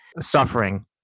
suffering